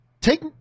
Take